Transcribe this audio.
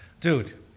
Dude